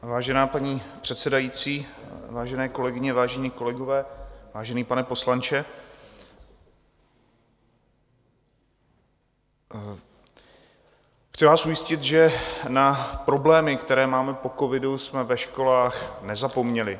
Vážená paní předsedající, vážené kolegyně, vážení kolegové, vážený pane poslanče, chci vás ujistit, že na problémy, které máme po covidu, jsme ve školách nezapomněli.